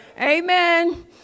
Amen